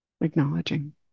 acknowledging